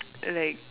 like